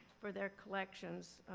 for their collections.